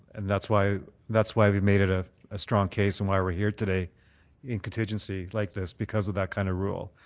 and that's why that's why we made it a strong case and why we're here today in con tig and sir like this because of that kind of rule.